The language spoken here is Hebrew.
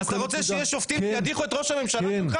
אז אתה רוצה שיש שופטים ידיחו את ראש הממשלה שלך